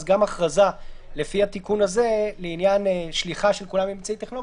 גם ההכרזה לפי התיקון הזה לעניין שליחה של כולם עם אמצעי טכנולוגי,